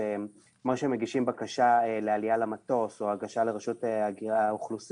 שכמו שמגישים בקשה לעלייה למטוס או הגשה לרשות האוכלוסין